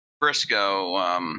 Briscoe